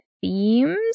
themes